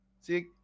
See